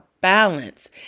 balance